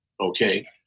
Okay